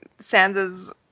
Sansa's